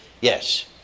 Yes